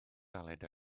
galed